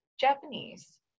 Japanese